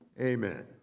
Amen